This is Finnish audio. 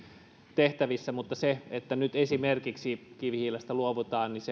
tehtävissä mutta se että nyt esimerkiksi kivihiilestä luovutaan